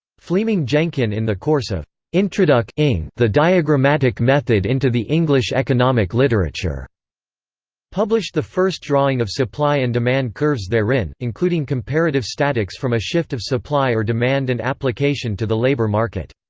fleeming jenkin in the course of introduc ing the diagrammatic method into the english economic literature published the first drawing of supply and demand curves therein, including comparative statics from a shift of supply or demand and application to the labor market.